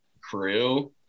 crew